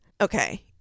Okay